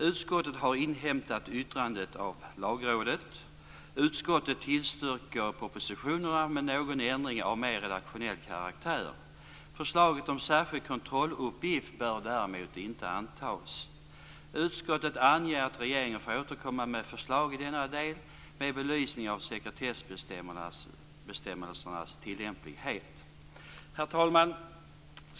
Utskottet har inhämtat yttrande av Lagrådet. Utskottet tillstyrker propositionerna med någon ändring av mer redaktionell karaktär. Förslaget om särskild kontrolluppgift bör däremot inte antas. Utskottet anger att regeringen får återkomma med förslag i denna del och med en belysning av sekretessbestämmelsernas tillämplighet. Herr talman!